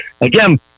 again